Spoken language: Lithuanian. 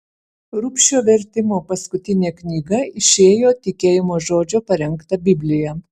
rubšio vertimo paskutinė knyga išėjo tikėjimo žodžio parengta biblija